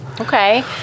Okay